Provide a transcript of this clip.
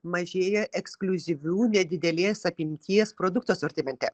mažėja ekskliuzyvių nedidelės apimties produktų asortimente